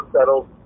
settled